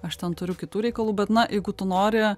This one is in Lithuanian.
aš ten turiu kitų reikalų bet na jeigu tu nori